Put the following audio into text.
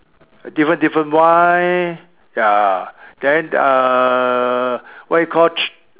different different wine ya then err what you call